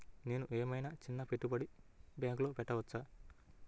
నేను ఏమయినా చిన్న పెట్టుబడిని బ్యాంక్లో పెట్టచ్చా?